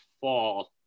fall